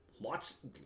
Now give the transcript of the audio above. lots